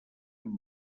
amb